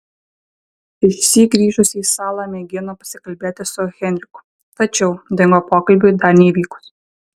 išsyk grįžusi į salą mėgino pasikalbėti su henriku tačiau dingo pokalbiui dar neįvykus